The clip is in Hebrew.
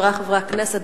חברי חברי הכנסת,